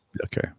Okay